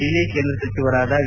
ಇಲ್ಲಿ ಕೇಂದ್ರ ಸಚಿವರಾದ ವಿ